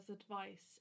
advice